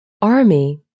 Army